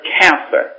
cancer